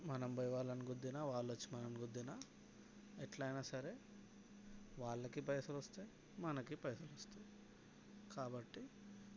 మనం పోయి వాళ్ళని గుద్దినా వాళ్ళు వచ్చి మనల్ని గుద్దినా ఎట్లైనా సరే వాళ్ళకి పైసలు వస్తాయి మనకి పైసలు వస్తాయి కాబట్టి